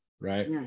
right